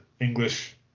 English